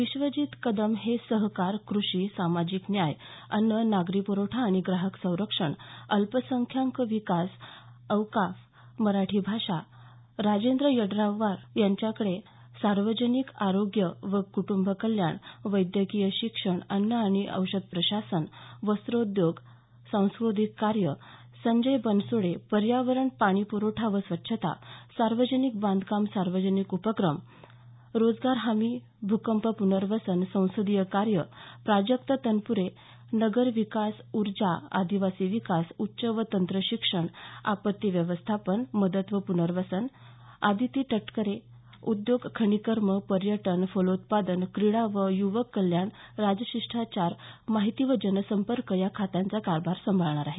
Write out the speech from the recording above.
विश्वजीत कदम हे सहकार क्रषी सामाजिक न्याय अन्न नागरी प्रवठा आणि ग्राहक संरक्षण अल्पसंख्याक विकास व औकाफ मराठी भाषा राजेंद्र यड्रावकर सार्वजनिक आरोग्य व कुटुंब कल्याण वैद्यकीय शिक्षण अन्न व औषध प्रशासन वस्रोद्योग सांस्कृतिक कार्य संजय बनसोडे पर्यावरण पाणी प्रवठा व स्वच्छता सार्वजनिक बांधकाम सार्वजनिक उपक्रम रोजगार हमी भूकंप पुनर्वसन संसदीय कार्य प्राजक्त तनपुरे नगर विकास उर्जा आदिवासी विकास उच्च व तंत्र शिक्षण आपत्ती व्यवस्थापन मदत व पुनर्वसन आदिती तटकरे उद्योग खनिकर्म पर्यटन फलोत्पादन क्रिडा व युवक कल्याण राजशिष्टाचार माहिती व जनसंपर्क या खात्यांचा कारभार सांभाळणार आहेत